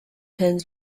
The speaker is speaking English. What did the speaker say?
pins